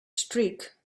streak